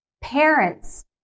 parents